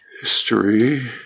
history